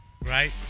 Right